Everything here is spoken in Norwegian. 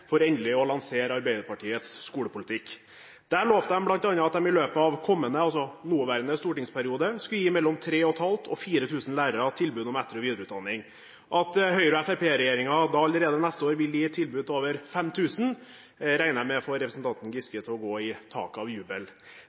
løpet av kommende – altså nåværende – stortingsperiode skulle gi mellom 3 500 og 4 000 lærere tilbud om etter- og videreutdanning. At Høyre–Fremskrittsparti-regjeringen allerede neste år vil gi tilbud til over 5 000 lærere, regner jeg med får representanten Giske til å gå i taket av jubel.